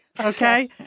okay